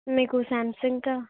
میرے کو سیمسنگ کا